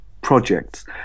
projects